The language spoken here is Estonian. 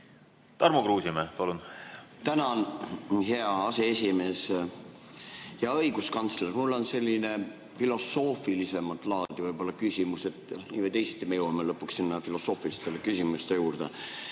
Tarmo Kruusimäe, palun! Tänan, hea aseesimees! Hea õiguskantsler! Mul on selline filosoofilisemat laadi küsimus, nii või teisiti me jõuame lõpuks sinna filosoofiliste küsimuste juurde.